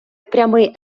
прямий